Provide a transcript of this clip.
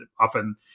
often